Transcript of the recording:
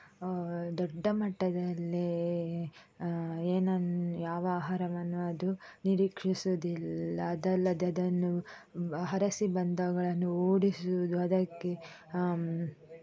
ದೊಡ್ಡ ಮಟ್ಟದಲ್ಲಿ ಏನನ್ನು ಯಾವ ಆಹಾರವನ್ನು ಅದು ನಿರೀಕ್ಷಿಸುವುದಿಲ್ಲ ಅದಲ್ಲದೆ ಅದನ್ನು ಹರಸಿ ಬಂದವುಗಳನ್ನು ಓಡಿಸುವುದು ಅದಕ್ಕೆ